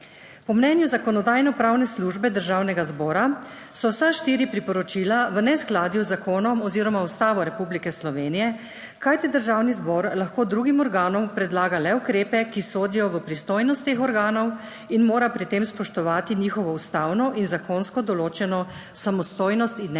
Po mnenju Zakonodajno-pravne službe Državnega zbora so vsa štiri priporočila v neskladju z zakonom oziroma Ustavo Republike Slovenije, kajti Državni zbor lahko drugim organom predlaga le ukrepe, ki sodijo v pristojnost teh organov in mora pri tem spoštovati njihovo ustavno in zakonsko določeno samostojnost in neodvisnost.